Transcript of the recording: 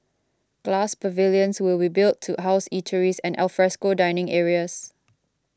glass pavilions will be built to house eateries and alfresco dining areas